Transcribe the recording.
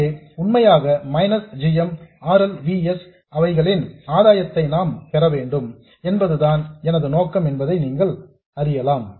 எனவே உண்மையாக minus g m R L V s களின் ஆதாயத்தை நான் பெற வேண்டும் என்பதுதான் எனது நோக்கம் என்பதை நீங்கள் அறியலாம்